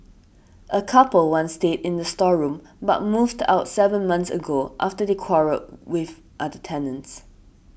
a couple once stayed in the storeroom but moved out seven months ago after they quarrelled with other tenants